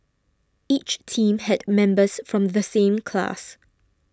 each team had members from the same class